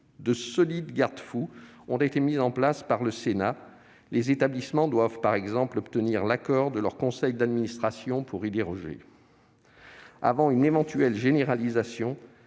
De solides garde-fous ont été mis en place par le Sénat : les établissements doivent par exemple obtenir l'accord de leur conseil d'administration pour y déroger. Avant une éventuelle généralisation,